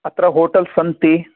अत्र होटल्स् सन्ति